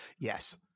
yes